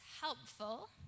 helpful